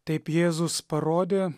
taip jėzus parodė